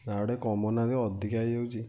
ଆଉ ଟିକେ କମାଉନାହାନ୍ତି ଅଧିକା ହେଇଯାଉଛି